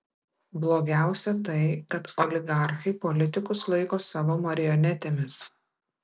blogiausia tai kad oligarchai politikus laiko savo marionetėmis